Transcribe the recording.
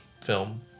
film